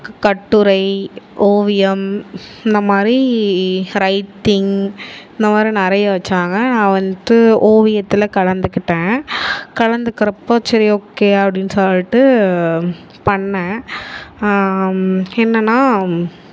க கட்டுரை ஓவியம் இந்த மாதிரி ரைட்டிங் இந்த மாதிரி நிறையா வைச்சாங்க நான் வந்துட்டு ஓவியத்தில் கலந்துக்கிட்டேன் கலந்துக்கிறப்போ சரி ஓகே அப்படின் சொல்லிட்டு பண்ணிணேன் என்னென்னால்